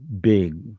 big